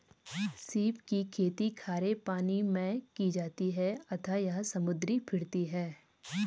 सीप की खेती खारे पानी मैं की जाती है अतः यह समुद्री फिरती है